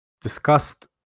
discussed